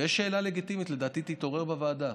ויש שאלה לגיטימית, שלדעתי תתעורר בוועדה: